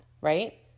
right